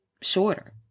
shorter